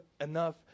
enough